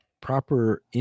proper